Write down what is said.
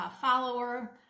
follower